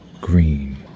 green